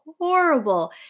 horrible